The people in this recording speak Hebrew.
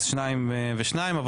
אז שניים ושניים,